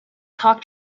tok